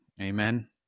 Amen